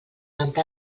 ampra